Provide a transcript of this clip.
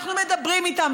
אנחנו מדברים איתם.